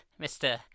Mr